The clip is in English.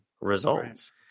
results